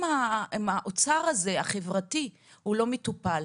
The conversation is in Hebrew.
אם האוצר החברתי לא מטופל,